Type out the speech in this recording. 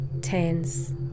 tense